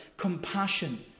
compassion